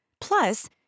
Plus